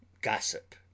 gossip